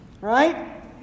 right